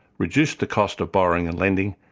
reduced the cost of borrowing and lending,